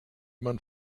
man